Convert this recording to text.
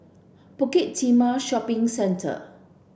Bukit Timah Shopping Centre